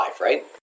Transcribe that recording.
right